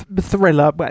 thriller